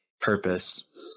purpose